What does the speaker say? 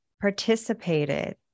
participated